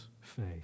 faith